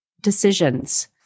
decisions